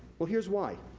well, here's why.